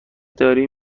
داری